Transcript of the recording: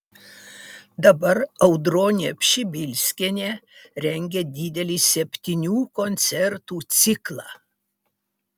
dabar audronė pšibilskienė rengia didelį septynių koncertų ciklą